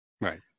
Right